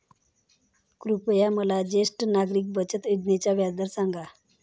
कृपया मला ज्येष्ठ नागरिक बचत योजनेचा व्याजदर सांगा